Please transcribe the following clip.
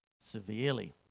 severely